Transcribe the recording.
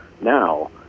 now